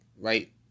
Right